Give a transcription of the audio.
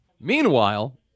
Meanwhile